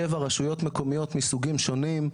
שבע רשויות מקומיות מסוגים שונים,